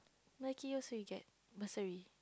so you get bursary